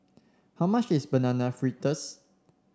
how much is Banana Fritters